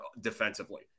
defensively